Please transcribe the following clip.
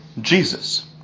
Jesus